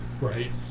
Right